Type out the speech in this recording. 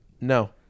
No